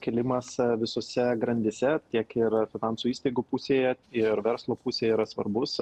kėlimas visose grandyse tiek ir finansų įstaigų pusėje ir verslo pusėje yra svarbus